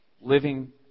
Living